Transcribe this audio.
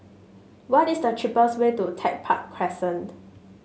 what is the cheapest way to Tech Park Crescent